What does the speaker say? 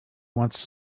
wants